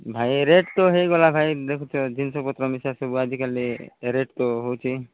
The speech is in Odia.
ଭାଇ ରେଟ୍ ତ ହୋଇଗଲା ଭାଇ ଦେଖୁଛ ଜିନିଷ ପତ୍ର ମିଶା ସବୁ ଆଜିକାଲି ରେଟ୍ ତ ହେଉଛି